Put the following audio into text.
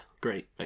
Great